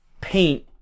paint